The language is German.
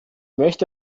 möchte